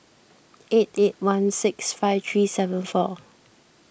eight eight one six five three seven four